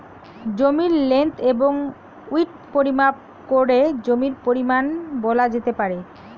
জমির লেন্থ এবং উইড্থ পরিমাপ করে জমির পরিমান বলা যেতে পারে